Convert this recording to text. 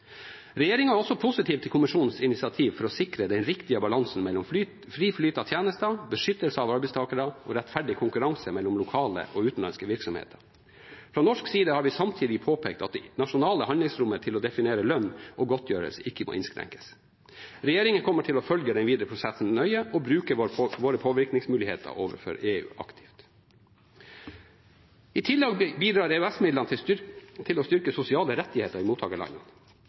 er også positiv til kommisjonens initiativ for å sikre den riktige balansen mellom fri flyt av tjenester, beskyttelse av arbeidstakere og rettferdig konkurranse mellom lokale og utenlandske virksomheter. Fra norsk side har vi samtidig påpekt at det nasjonale handlingsrommet til å definere lønn og godtgjørelse ikke må innskrenkes. Regjeringen kommer til å følge den videre prosessen nøye og bruke sine påvirkningsmuligheter overfor EU aktivt. I tillegg bidrar EØS-midlene til å styrke sosiale rettigheter i